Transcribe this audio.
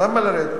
למה לרדת?